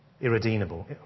irredeemable